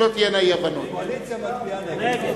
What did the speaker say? הקואליציה מצביעה נגד.